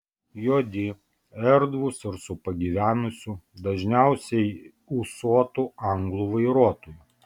juodi erdvūs ir su pagyvenusiu dažniausiai ūsuotu anglu vairuotoju